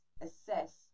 assess